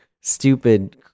stupid